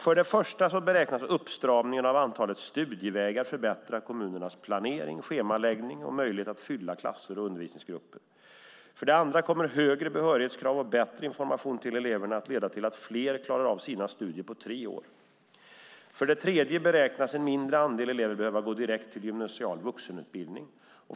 För det första beräknas uppstramningen av antalet studievägar förbättra kommunernas planering, schemaläggning och möjlighet att fylla klasser och undervisningsgrupper. För det andra kommer högre behörighetskrav och bättre information till eleverna att leda till att fler klarar av sina studier på tre år. För det tredje beräknas en mindre andel elever behöva gå direkt till gymnasial vuxenutbildning.